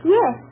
Yes